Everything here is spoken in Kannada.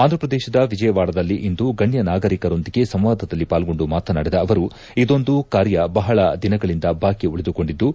ಆಂಧ್ರಪ್ರದೇಶದ ವಿಜಯವಾಡದಲ್ಲಿಂದು ಗಣ್ಣ ನಾಗರಿಕರೊಂದಿಗೆ ಸಂವಾದದಲ್ಲಿ ಪಾಲ್ಗೊಂಡು ಮಾತನಾಡಿದ ಅವರು ಇದೊಂದು ಕಾರ್ಯ ಬಹಳ ದಿನಗಳಿಂದ ಬಾಕಿ ಉಳಿದುಕೊಂಡಿದ್ದು